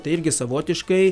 tai irgi savotiškai